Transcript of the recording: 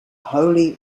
holy